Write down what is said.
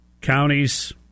counties